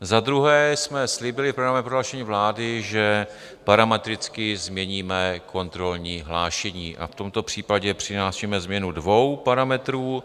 Za druhé jsme slíbili v programovém prohlášení vlády, že parametricky změníme kontrolní hlášení, a v tomto případě přinášíme změnu dvou parametrů.